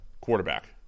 quarterback